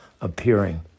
appearing